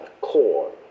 core